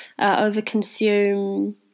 overconsume